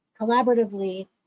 collaboratively